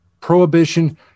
prohibition